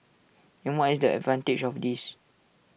and what is the advantage of this